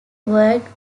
worked